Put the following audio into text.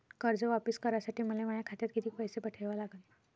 कर्ज वापिस करासाठी मले माया खात्यात कितीक पैसे ठेवा लागन?